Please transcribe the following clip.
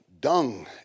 dung